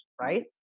right